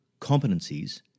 competencies